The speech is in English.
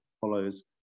follows